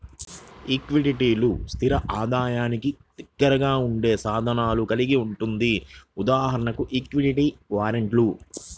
ఈక్విటీలు, స్థిర ఆదాయానికి దగ్గరగా ఉండే సాధనాలను కలిగి ఉంటుంది.ఉదాహరణకు ఈక్విటీ వారెంట్లు